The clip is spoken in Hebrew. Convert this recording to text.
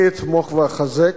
אני אתמוך ואחזק,